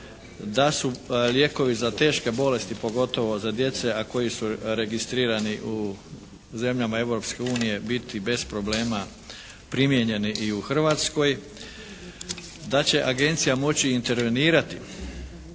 Da su lijekovi za teške bolesti pogotovo za djecu, a koji su registrirani u zemljama Europske unije biti bez problema primijenjeni i u Hrvatskoj. Da će agencija moći intervenirati